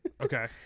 okay